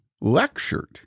lectured